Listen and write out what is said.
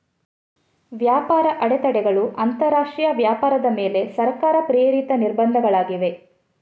ವ್ಯಾಪಾರ ಅಡೆತಡೆಗಳು ಅಂತರಾಷ್ಟ್ರೀಯ ವ್ಯಾಪಾರದ ಮೇಲೆ ಸರ್ಕಾರ ಪ್ರೇರಿತ ನಿರ್ಬಂಧಗಳಾಗಿವೆ